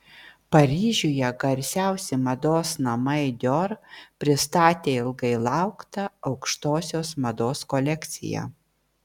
paryžiuje garsiausi mados namai dior pristatė ilgai lauktą aukštosios mados kolekciją